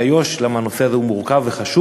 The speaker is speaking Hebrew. לענייני איו"ש, כי הנושא הזה מורכב וחשוב.